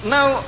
Now